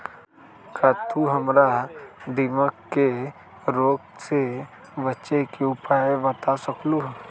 का तू हमरा दीमक के रोग से बचे के उपाय बता सकलु ह?